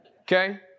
Okay